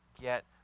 get